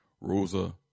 Rosa